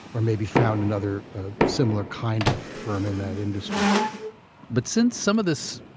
or maybe found another ah similar kind of firm in that industry but since some of this,